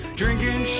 drinking